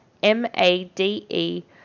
M-A-D-E